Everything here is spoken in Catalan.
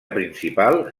principal